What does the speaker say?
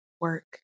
work